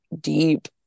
deep